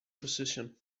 position